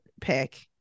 pick